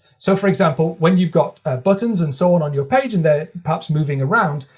so for example, when you've got ah buttons and so on your page, and they're perhaps moving around,